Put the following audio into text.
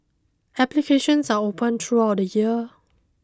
applications are open throughout the year